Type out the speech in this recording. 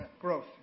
growth